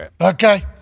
Okay